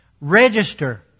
Register